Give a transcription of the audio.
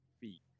feet